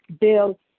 Bill